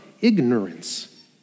ignorance